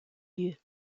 lieu